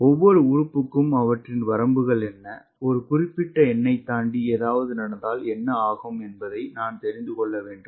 ஒவ்வொரு உறுப்புக்கும் அவற்றின் வரம்புகள் என்ன ஒரு குறிப்பிட்ட எண்ணைத் தாண்டி ஏதாவது நடந்தால் என்ன ஆகும் என்பதை நான் தெரிந்து கொள்ள வேண்டும்